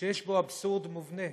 שיש בו אבסורד מובנה,